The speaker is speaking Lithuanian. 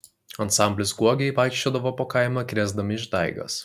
ansamblis guogiai vaikščiodavo po kaimą krėsdami išdaigas